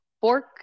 fork